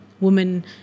women